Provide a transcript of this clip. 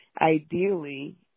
ideally